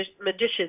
magicians